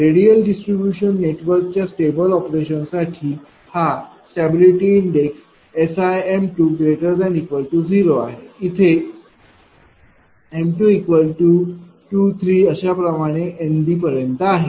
radial distribution नेटवर्कच्या stable operation साठी हा स्टॅबिलिटी इंडेक्स SIm2≥ 0आहे इथे m223 NBआहे